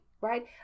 right